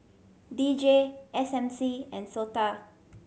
D J S M C and SOTA